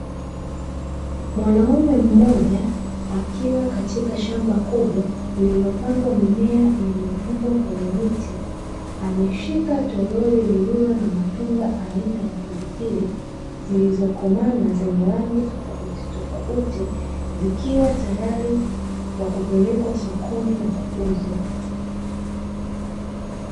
Mwanaume mmoja akiwa katika shamba kubwa lilolopandwa mimea iliyofugwa kwenye miti ameshika toroli lilio na matunda aina ya piliplili zilizokomaa na zenye rangi tofauti tofauti zikiwa tayari kwa kupelekwa sokoni na kuuzwa .